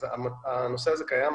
הנושא הזה קיים.